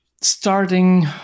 starting